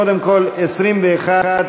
קודם כול סעיף 21,